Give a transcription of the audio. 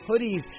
hoodies